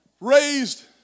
raised